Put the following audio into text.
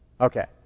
Okay